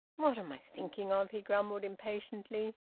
what am i thinking of? he grumbled impatiently.